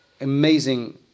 amazing